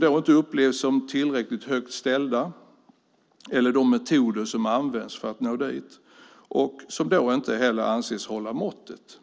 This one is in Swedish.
De upplevs inte som tillräckligt högt ställda. Man kritiserar också de metoder som används. De anses inte hålla måttet.